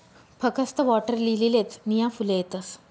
फकस्त वॉटरलीलीलेच नीया फुले येतस